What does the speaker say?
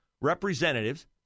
representatives